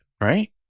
right